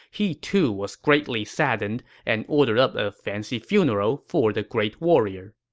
he too was greatly saddened and ordered up a fancy funeral for the great warrior